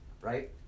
right